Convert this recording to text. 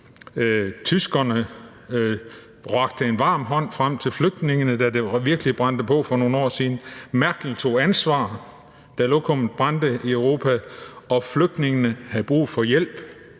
tyskerne rakte en varm hånd frem til flygtningene, da det virkelig brændte på for nogle år siden. Merkel tog ansvar, da lokummet brændte i Europa og flygtninge havde brug for hjælp.